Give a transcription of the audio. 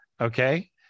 Okay